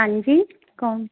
ਹਾਂਜੀ ਕੌਣ